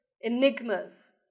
enigmas